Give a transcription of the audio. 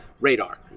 radar